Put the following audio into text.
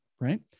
Right